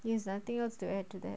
there's nothing else to add to that